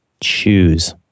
Choose